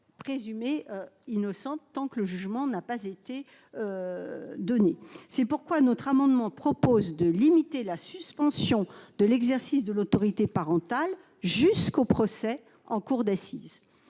présumées innocentes tant que le jugement n'a pas été donné. L'amendement n° 79 vise à limiter la suspension de l'exercice de l'autorité parentale jusqu'au procès en cour d'assises.